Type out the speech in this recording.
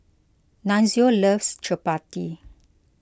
Nunzio loves Chapati